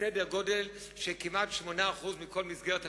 סדר גודל של כמעט 8% מכל מסגרת התקציב,